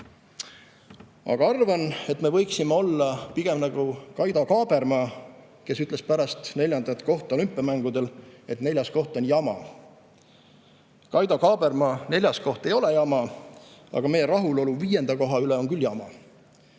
Aga arvan, et me võiksime olla pigem nagu Kaido Kaaberma, kes ütles pärast neljanda koha [saamist] olümpiamängudel, et neljas koht on jama. Kaido Kaaberma neljas koht ei ole jama, aga meie rahulolu viienda koha üle on küll jama.